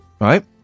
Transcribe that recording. right